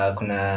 Kuna